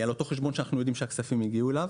על אותו חשבון שאנחנו יודעים שהכספים הגיעו אליו,